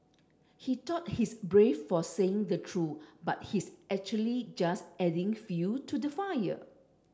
he thought he's brave for saying the truth but he's actually just adding fuel to the fire